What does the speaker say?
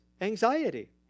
anxiety